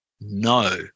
no